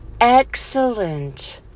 excellent